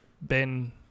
Ben